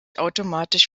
automatisch